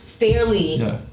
fairly